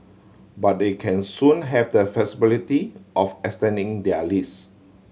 but they can soon have the flexibility of extending their lease